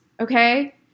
okay